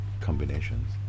combinations